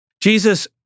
Jesus